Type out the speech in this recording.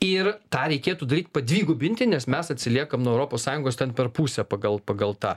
ir tą reikėtų daryt padvigubinti nes mes atsiliekam nuo europos sąjungos ten per pusę pagal pagal tą